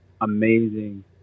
amazing